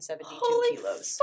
Holy